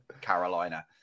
Carolina